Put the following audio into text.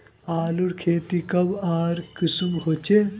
आलूर खेती कब आर कुंसम होचे?